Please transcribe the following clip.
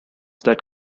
that